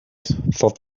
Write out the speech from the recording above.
thought